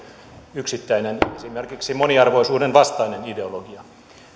yksittäinen esimerkiksi moniarvoisuuden vastainen ideologia